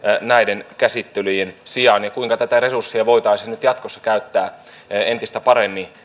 näiden käsittelyjen sijaan ja kuinka tätä resurssia voitaisiin nyt jatkossa käyttää entistä paremmin